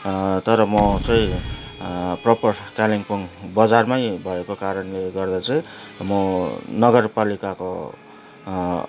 तर म चाहिँ प्रपर कालिम्पोङ बजारमै भएको कारणले गर्दा चाहिँ म नगरपालिकाको